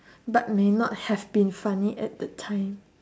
but may not have been funny at the time